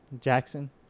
Jackson